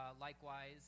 likewise